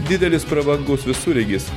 didelis prabangus visureigis